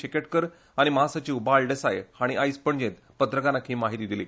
शेकटकर आनी म्हासचीव बाळ देसाय हाणी आयज पणजेत पत्रकारांक ही म्हायती दिली